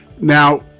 now